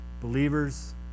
believers